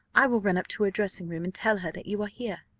i will run up to her dressing-room, and tell her that you are here.